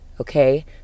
Okay